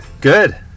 good